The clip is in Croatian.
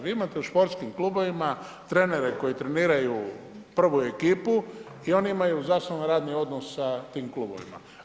Vi imate u športskim klubovima trenere koji treniraju prvu ekipu i oni imaju zasnovan radni odnos sa tim klubovima.